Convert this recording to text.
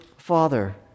Father